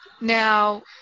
Now